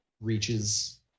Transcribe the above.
reaches